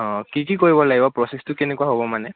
অঁ কি কি কৰিব লাগিব প্ৰচেছটো কেনেকুৱা হ'ব মানে